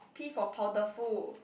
P for powderful